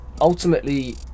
ultimately